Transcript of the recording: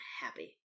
happy